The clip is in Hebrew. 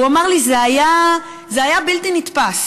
הוא אמר לי: זה היה בלתי נתפס.